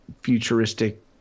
futuristic